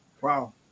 Wow